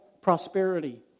prosperity